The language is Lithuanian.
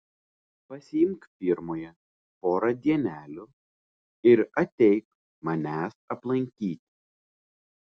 pasiimk firmoje porą dienelių ir ateik manęs aplankyti